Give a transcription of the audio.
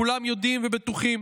כולם יודעים ובטוחים